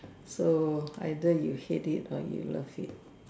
so either you hate it or you love it